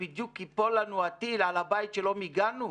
בדיוק ייפול לנו טיל על הבית שלא מיגנו?